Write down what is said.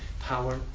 power